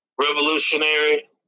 revolutionary